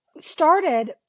started